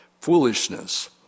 foolishness